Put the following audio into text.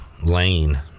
Lane